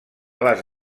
les